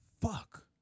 Fuck